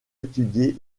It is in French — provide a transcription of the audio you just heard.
étudier